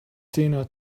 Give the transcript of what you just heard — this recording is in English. tina